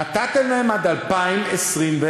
נתתם להם עד 2021,